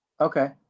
Okay